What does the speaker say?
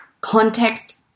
context